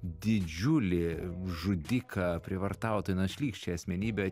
didžiulį žudiką prievartautoją šlykščią asmenybę